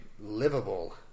livable